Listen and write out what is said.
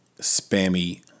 spammy